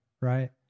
right